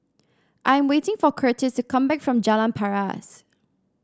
I am waiting for Curtiss to come back from Jalan Paras